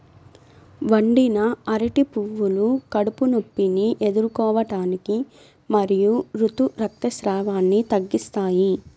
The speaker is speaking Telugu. వండిన అరటి పువ్వులు కడుపు నొప్పిని ఎదుర్కోవటానికి మరియు ఋతు రక్తస్రావాన్ని తగ్గిస్తాయి